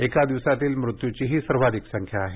एका दिवसातील मृत्यूंची ही सर्वाधिक संख्या आहे